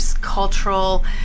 Cultural